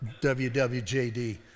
WWJD